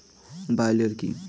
Bio লিওর কি?